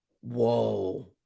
Whoa